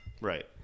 Right